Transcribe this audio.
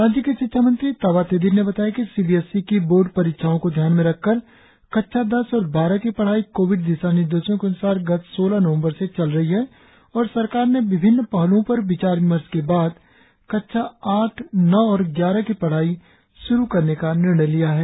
राज्य के शिक्षा मंत्री ताबा तेदिर ने बताया कि सी बी एस ई की बोर्ड परीक्षाओ को ध्यान में रखकर कक्षा दस और बारह की पढ़ाई कोविड दिशानिर्देशों के अन्सार गत सोलह नवंबर से चल रही है और सरकार ने विभिन्न पहल्ओ पर विचार विमर्श के बाद कक्षा आठ नौ और ग्यारह की पढ़ाई श्रु करने का निर्णय लिया है